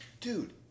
Dude